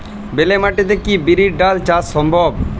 বেলে মাটিতে কি বিরির ডাল চাষ সম্ভব?